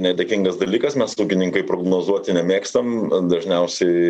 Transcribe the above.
nedėkingas dalykas mes ūkininkai prognozuoti nemėgstam dažniausiai